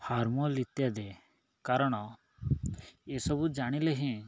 ଇତ୍ୟାଦି କାରଣ ଏସବୁ ଜାଣିଲେ ହିଁ